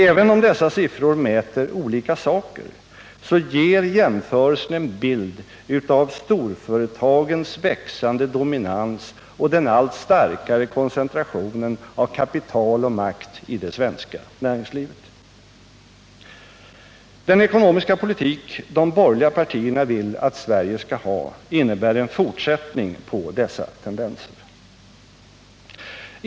Även om dessa siffror mäter olika saker ger jämförelsen en bild av storföretagens växande dominans och den allt starkare koncentrationen av kapital och makt i det svenska näringslivet. Den ekonomiska politik som de borgerliga partierna vill att Sverige skall föra innebär en fortsättning på dessa tendenser.